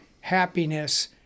happiness